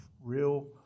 real